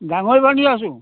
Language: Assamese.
ডাঙৰি বান্ধি আছো